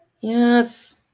Yes